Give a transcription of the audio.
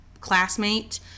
classmate